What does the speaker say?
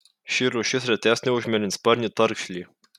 ši rūšis retesnė už mėlynsparnį tarkšlį